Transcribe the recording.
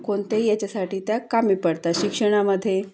कोणत्याही याच्यासाठी त्या कामी पडतात शिक्षणामध्ये